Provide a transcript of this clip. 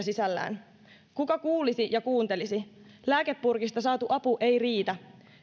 sisällään kuka kuulisi ja kuuntelisi lääkepurkista saatu apu ei riitä